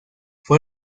fue